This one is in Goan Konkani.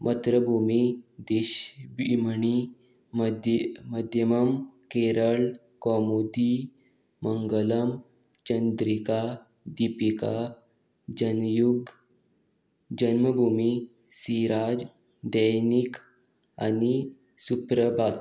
मत्रभुमी देशभिमणी मध्य मध्यमम केरळ कोमूदी मंगलम चंद्रिका दिपिका जन युग जन्मभुमी सिराज दैनीक आनी सुप्रभात